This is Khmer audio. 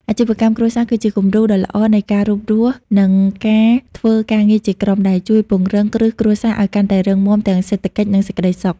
អាជីវកម្មគ្រួសារគឺជាគំរូដ៏ល្អនៃការរួមរស់ និងការធ្វើការងារជាក្រុម ដែលជួយពង្រឹងគ្រឹះគ្រួសារឱ្យកាន់តែរឹងមាំទាំងសេដ្ឋកិច្ច និងសេចក្ដីសុខ។